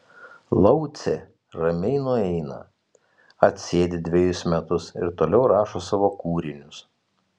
laucė ramiai nueina atsėdi dvejus metus ir toliau rašo savo kūrinius